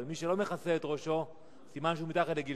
מי שלא מכסה את ראשו סימן שהוא מתחת לגיל